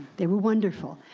they were wonderful.